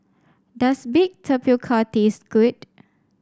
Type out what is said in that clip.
does bake tapioca taste good